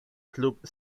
club